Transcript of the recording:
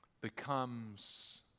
becomes